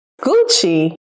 Gucci